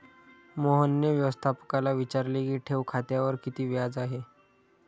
मोहनने व्यवस्थापकाला विचारले की ठेव खात्यावर किती व्याज आहे?